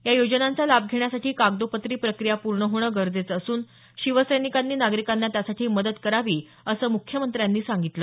या योजनांचा लाभ घेण्यासाठी कागदोपत्री प्रक्रिया प्रर्ण होणं गरजेचं असून शिवसैनिकांनी नागरिकांना त्यासाठी मदत करावी असं मुख्यमंत्र्यांनी सांगितलं